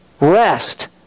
rest